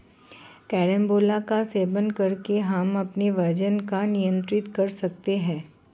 carambola का सेवन कर हम अपने वजन को नियंत्रित कर सकते हैं